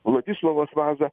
vladislovas vaza